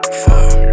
fuck